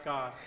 God